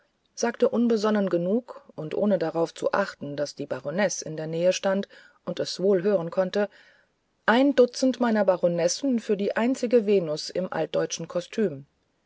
sagte unbesonnen genug und ohne darauf zu achten daß die baronesse in der nähe stand und es wohl hören konnte ein dutzend meiner baronessen für die einzige venus im altdeutschen kostüm